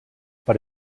per